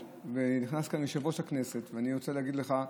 נכנס לכאן יושב-ראש הכנסת, ואני רוצה להגיד לך,